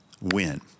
win